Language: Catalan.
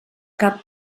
cap